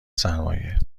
سرمایه